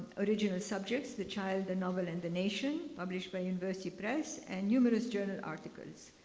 original subjects the child, the novel and the nation, published by university press and numerous journal articles.